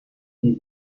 die